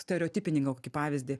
stereotipinį gal kokį pavyzdį